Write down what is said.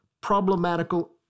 problematical